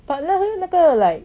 but 那些那个 like